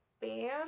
band